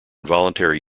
voluntary